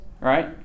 Right